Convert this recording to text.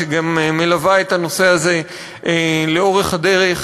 שמלווה את הנושא הזה לאורך הדרך: